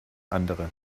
andere